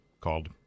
called